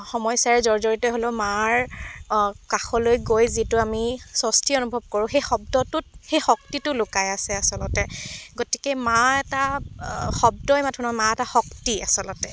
সমস্যাৰে জৰ্জৰিত হ'লেও মাৰ কাষলৈ গৈ যিটো আমি স্বস্তি অনুভৱ কৰোঁ সেই শব্দটোত সেই শক্তিটো লুকাই আছে আচলতে গতিকে মা এটা শব্দই মাথোঁ নহয় মা এটা শক্তি আচলতে